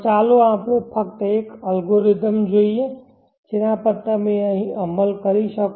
તો ચાલો આપણે ફક્ત એક અલ્ગોરિધમનો જોઈએ જેના પર તમે અમલ કરી શકો